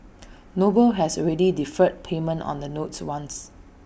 noble has already deferred payment on the notes once